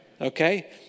Okay